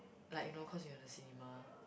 like you know cause we're in the cinema